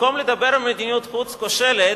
במקום לדבר על מדיניות חוץ כושלת,